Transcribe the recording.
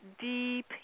deep